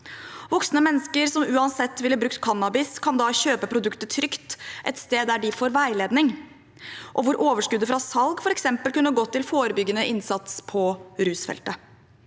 Voksne mennesker som uansett ville brukt cannabis, kan da kjøpe produktet trygt, et sted der de får veiledning, og hvor overskuddet fra salg f.eks. kunne gått til forebyggende innsats på rusfeltet.